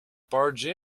barge